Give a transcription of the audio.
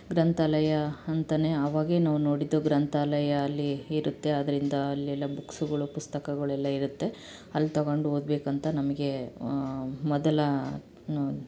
ಗ್ರಂಥಾಲಯ ಅಂತಾನೆ ಅವಾಗೇ ನಾವು ನೋಡಿದ್ದು ಗ್ರಂಥಾಲಯ ಅಲ್ಲಿ ಇರುತ್ತೆ ಅದರಿಂದ ಅಲ್ಲೆಲ್ಲ ಬುಕ್ಸುಗಳು ಪುಸ್ತಕಗಳೆಲ್ಲ ಇರುತ್ತೆ ಅಲ್ಲಿ ತಗೊಂಡು ಓದಬೇಕಂತ ನಮಗೆ ಮೊದಲ